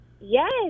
Yes